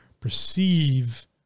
perceive